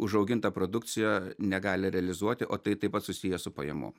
užaugintą produkciją negali realizuoti o tai taip pat susiję su pajamom